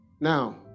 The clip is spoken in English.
Now